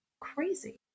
crazy